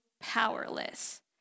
powerless